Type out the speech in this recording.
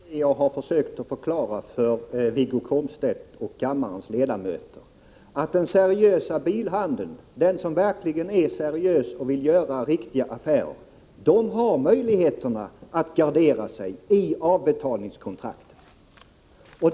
Herr talman! Vad jag har försökt förklara för Wiggo Komstedt och kammarens övriga ledamöter är ju att den seriösa bilhandeln, som verkligen vill göra riktiga affärer, har möjlighet att gardera sig i avbetalningskontraktet.